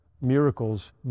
miracles